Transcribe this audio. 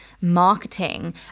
marketing